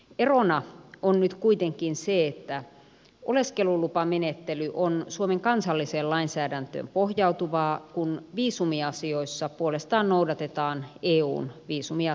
erona on nyt kuitenkin se että oleskelulupamenettely on suomen kansalliseen lainsäädäntöön pohjautuvaa kun viisumiasioissa puolestaan noudatetaan eun viisumiasetusta